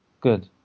Good